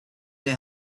know